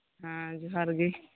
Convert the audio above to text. ᱦᱮᱸ ᱡᱚᱦᱟᱨ ᱜᱮ